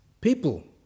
People